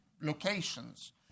locations